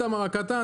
איתמר הקטן,